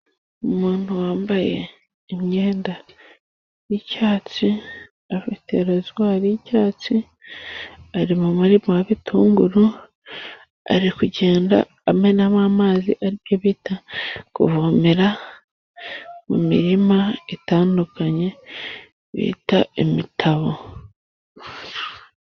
Umuntu wambaye imyenda y'icyatsi afite rozwari y'icyatsi ari mu muririma y'ibitunguru ari kugenda amenamo amazi ari byo bita kuvomera. Mu mirima itandukanye bita imitabo.